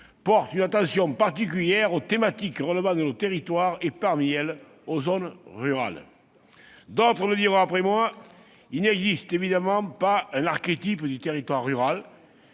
porte une attention particulière aux thématiques relevant de nos territoires, et notamment de nos zones rurales. D'autres le diront après moi : il n'existe évidemment pas un archétype de la ruralité.